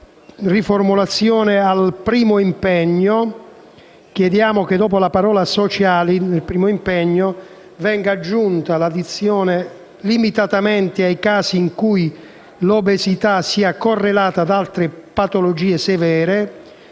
una riformulazione del primo impegno: chiediamo che dopo la parola «sociali» venga aggiunta la dizione «limitatamente ai casi in cui l'obesità sia correlata ad altre patologie severe»,